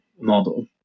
model